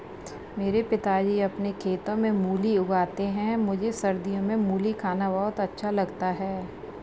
मेरे पिताजी अपने खेतों में मूली उगाते हैं मुझे सर्दियों में मूली खाना बहुत अच्छा लगता है